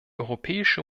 europäische